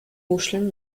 muscheln